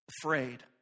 afraid